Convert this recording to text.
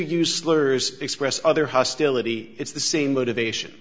use slurs express other hostility it's the same motivation